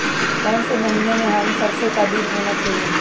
कौन से महीने में हम सरसो का बीज बोना चाहिए?